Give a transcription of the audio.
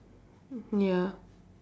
ya